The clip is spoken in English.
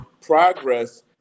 progress